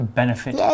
benefit